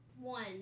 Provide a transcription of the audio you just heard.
One